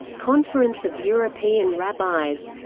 conference of european rabbis